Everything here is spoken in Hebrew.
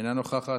אינה נוכחת,